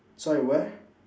sorry where